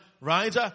right